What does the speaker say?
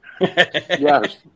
Yes